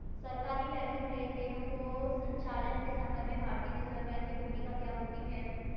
सरकारी बैंकिंग लेनदेनों के संचालन के संबंध में भारतीय रिज़र्व बैंक की भूमिका क्या होती है?